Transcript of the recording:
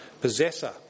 possessor